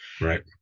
Right